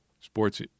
Sports